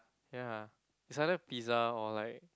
ya it's either pizza or like